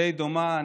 די דומה.